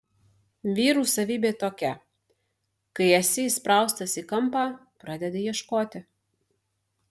vyrų savybė tokia kai esi įspraustas į kampą pradedi ieškoti